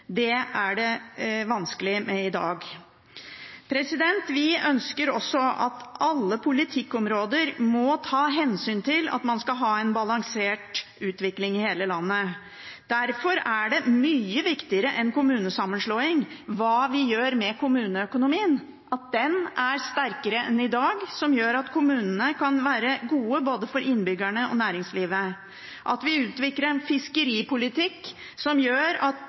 bo. Det er vanskelig i dag. Vi ønsker også at alle politikkområder må ta hensyn til at man skal ha en balansert utvikling i hele landet. Det som derfor er mye viktigere enn kommunesammenslåinger, er hva vi gjør med kommuneøkonomien, at den blir sterkere enn i dag, noe som gjør at kommunene kan være gode for både innbyggerne og næringslivet. Vi må utvikle en fiskeripolitikk som gjør at